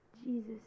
Jesus